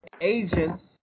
agents